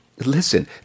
Listen